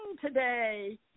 today